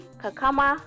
kakama